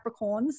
capricorns